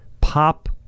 pop